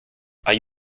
hay